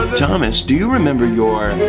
thomas, do you remember your.